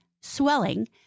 swelling